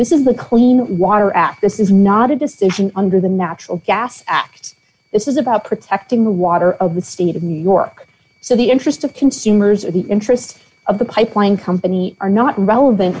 this is the clean water act this is not a decision under the natural gas this is about protecting the water of the state of new york so the interests of consumers and the interest of the pipeline company are not relevant